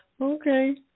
Okay